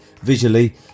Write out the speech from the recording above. visually